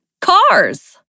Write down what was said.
cars